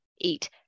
Eat